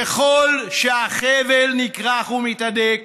ככל שהחבל נכרך ומתהדק